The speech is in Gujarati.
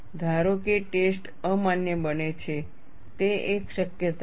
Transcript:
ધારો કે ટેસ્ટ અમાન્ય બને છે તે એક શક્યતા છે